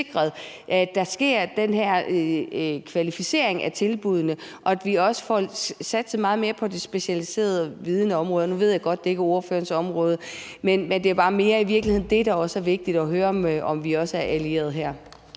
at der sker den her kvalificering af tilbuddene, og at vi også får satset meget mere på det specialiserede område. Nu ved jeg godt, at det ikke er ordførerens område, men det er bare mere i virkeligheden det, der også er vigtigt at høre, altså om vi også er allierede her.